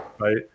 right